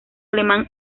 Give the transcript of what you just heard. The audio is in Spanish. alemán